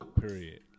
Period